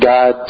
God